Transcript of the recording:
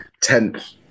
Tenth